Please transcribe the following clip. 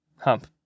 Hump